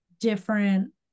different